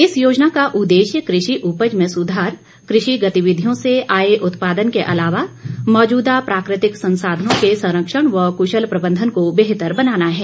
इस योजना का उद्देश्य कृषि उपज में सुधार कृषि गतिविधियों से आय उत्पादन के अलावा मौजूदा प्राकृतिक संसाधनों के संरक्षण व कृशल प्रबंधन को बेहतर बनाना है